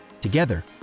Together